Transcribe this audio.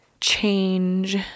change